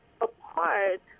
apart